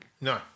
No